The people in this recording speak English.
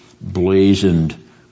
blazoned